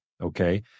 Okay